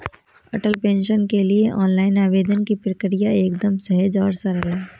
अटल pension के लिए online आवेदन की प्रक्रिया एकदम सहज और सरल है